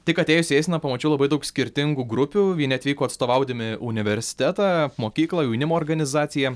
tik atėjus į eiseną pamačiau labai daug skirtingų grupių vieni atvyko atstovaudami universitetą mokyklą jaunimo organizaciją